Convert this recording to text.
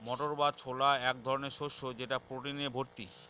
মটর বা ছোলা এক ধরনের শস্য যেটা প্রোটিনে ভর্তি